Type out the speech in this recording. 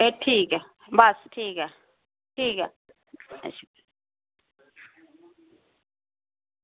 एह् ठीक ऐ बस ठीक ऐ ठीक ऐ